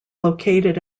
located